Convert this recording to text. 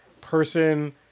person